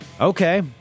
Okay